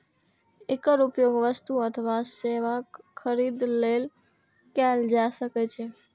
एकर उपयोग वस्तु अथवा सेवाक खरीद लेल कैल जा सकै छै